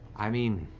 i mean,